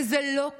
וזה לא כוחות.